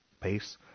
pace